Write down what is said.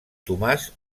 tomàs